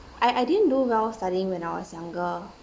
I I didn't do well studying when I was younger